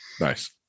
nice